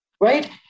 right